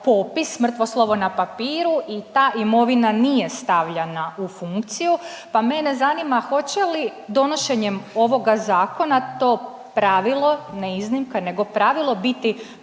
popis, mrtvo slovo na papiru i ta imovina nije stavljana u funkciju, pa mene zanima hoće li donošenjem ovoga zakona to pravilo, ne iznimka nego pravilo biti